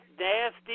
nasty